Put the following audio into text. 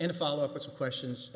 and a follow up it's a questions